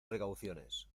precauciones